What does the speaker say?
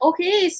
Okay